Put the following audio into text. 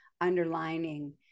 underlining